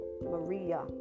Maria